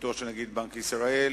תוכניתו של נגיד בנק ישראל,